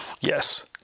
Yes